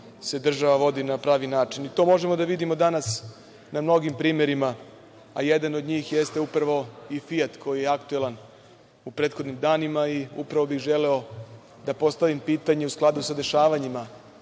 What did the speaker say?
se država vodi na pravi način. To možemo da vidimo danas na mnogim primerima, a jedan od njih jeste upravo i „Fijat“, koji je aktuelan u prethodnim danima. Upravo bih želeo da postavim pitanje u skladu sa dešavanjima